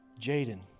Jaden